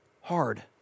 hard